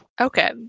Okay